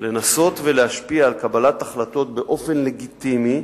לנסות ולהשפיע על קבלת החלטות באופן לגיטימי,